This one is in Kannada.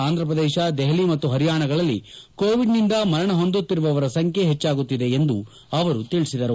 ಆಂಧ್ರಪ್ರದೇಶ ದೆಹಲಿ ಮತ್ತು ಹರಿಯಾಣಗಳಲ್ಲಿ ಕೋವಿಡ್ನಿಂದ ಮರಣ ಹೊಂದುತ್ತಿರುವವರ ಸಂಖ್ಯೆ ಹೆಚ್ಚಾಗುತ್ತಿದೆ ಎಂದು ಹೇಳಿದರು